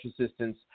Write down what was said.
assistance